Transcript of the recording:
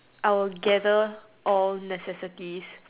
I will gather all necessities